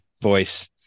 voice